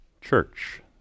church